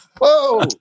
whoa